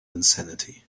insanity